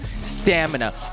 Stamina